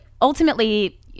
ultimately